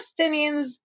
Palestinians